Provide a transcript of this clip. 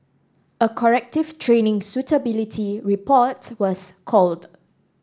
a corrective training suitability report was called